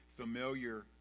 familiar